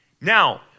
Now